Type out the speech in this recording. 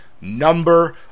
number